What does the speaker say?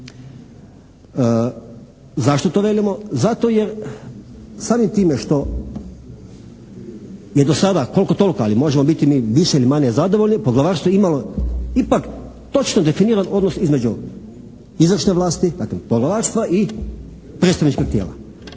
Zašto to velimo? Zato jer samim time što je do sada koliko-toliko, ali možemo biti mi više ili manje zadovoljni, poglavarstvo je imalo ipak točno definiran odnos između izvršne vlasti, dakle poglavarstva i predstavnička tijela.